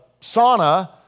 sauna